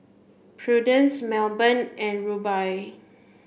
Prudence Melbourne and Rubye